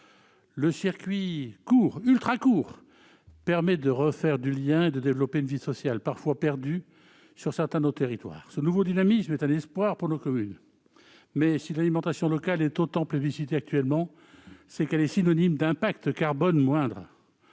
Le circuit « ultracourt » permet de recréer du lien et de développer une vie sociale parfois perdue dans certains de nos territoires. Ce nouveau dynamisme est un espoir pour nos communes. Mais si l'alimentation locale est autant plébiscitée actuellement, c'est parce qu'elle est synonyme d'impact carbone moindre.